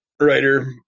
Writer